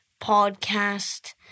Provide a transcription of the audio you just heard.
podcast